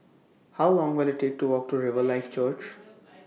How Long Will IT Take to Walk to Riverlife Church